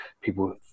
people